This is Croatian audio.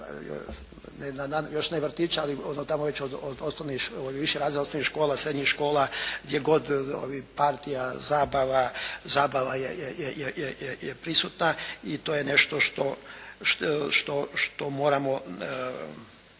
od vrtića ali ono tamo već od viših razreda osnovnih škola, srednjih škola, gdje god ovih partija, zabava je prisutna i to je nešto što moramo